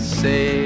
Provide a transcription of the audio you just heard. say